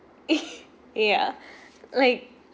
ya like